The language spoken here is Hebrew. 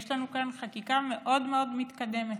יש לנו כאן חקיקה מאוד מאוד מתקדמת.